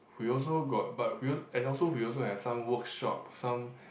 we also got but we al~ and also we also have some workshop some